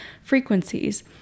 frequencies